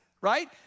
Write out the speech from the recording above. right